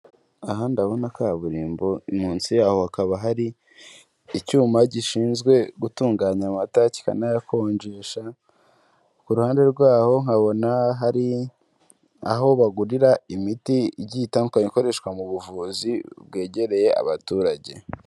Aha, ndabona kaburimbo, munsi yaho hakaba hari icyuma gishinzwe gutunganya amata kikanayakonjesha, ku ruhande rwaho nkabona hari aho bagurira imiti igiye itandukanye ikoreshwa mu buvuzi bwegereye abaturage.